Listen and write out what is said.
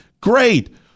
Great